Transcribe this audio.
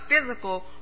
physical